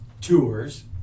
tours